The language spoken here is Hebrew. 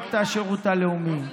לפרויקט השירות הלאומי.